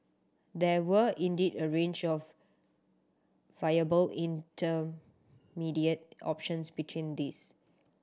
there were indeed a range of viable intermediate options between these